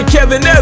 Kevin